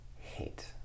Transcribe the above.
hate